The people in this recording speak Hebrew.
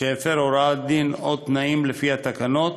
שהפר הוראות דין או תנאים לפי תקנות,